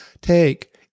Take